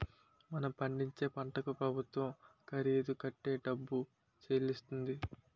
మనం పండించే పంటకు ప్రభుత్వం ఖరీదు కట్టే డబ్బు చెల్లిస్తుంది